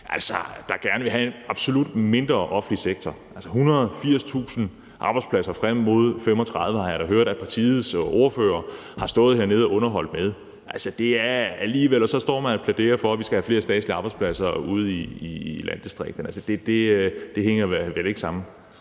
der gerne vil have en absolut mindre offentlig sektor, og som har talt om 180.000 færre arbejdspladser frem mod 2035. Det har jeg da hørt at partiets ordførere har stået hernede og underholdt med, og det er alligevel noget. Hvordan kan man så stå og plædere for, at vi skal have flere statslige arbejdspladser ude i landdistrikterne. Det hænger slet ikke sammen.